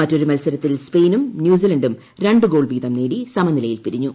മറ്റൊരു മൽസരത്തിൽ സ്പെയിനും ന്യൂസിലൻഡും രണ്ട് ഗ്ലോൾ വീതം നേടി സമനിലയിൽ പിരിഞ്ഞു